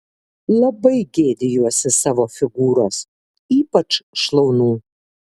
labai gėdijuosi savo figūros ypač šlaunų